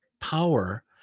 power